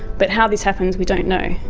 but how this happens we don't know,